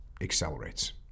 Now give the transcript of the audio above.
accelerates